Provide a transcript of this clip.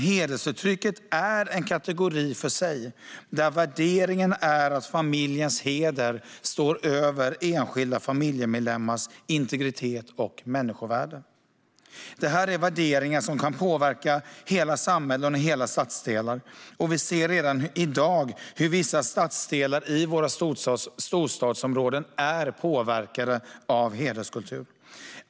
Hedersförtrycket är dock en kategori för sig, där värderingen är att familjens heder står över enskilda familjemedlemmars integritet och människovärde. Det här är värderingar som kan påverka hela samhällen och hela stadsdelar, och vi ser redan i dag hur vissa stadsdelar i våra storstadsområden är påverkade av hederskultur.